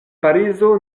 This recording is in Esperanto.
parizo